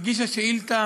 הגישה שאילתה